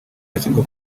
ashyirwa